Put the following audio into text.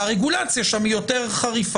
והרגולציה שם היא יותר חריפה,